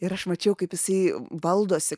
ir aš mačiau kaip jisai valdosi